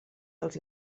dels